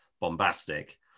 bombastic